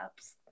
apps